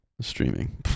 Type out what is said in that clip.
streaming